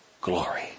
glory